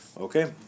Okay